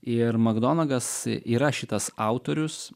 ir makdonagas yra šitas autorius